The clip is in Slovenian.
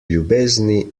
ljubezni